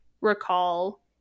recall